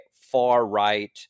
far-right